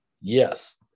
Yes